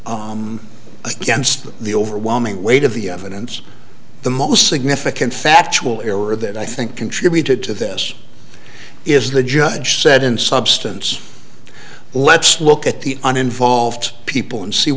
others against them the overwhelming weight of the evidence the most significant factual error that i think contributed to this is the judge said in substance let's look at the uninvolved people and see